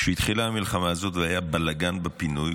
כשהתחילה המלחמה הזאת והיה בלגן בפינוי,